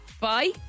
Bye